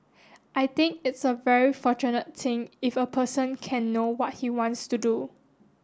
I think it's a very fortunate thing if a person can know what he wants to do